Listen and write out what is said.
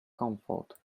comfort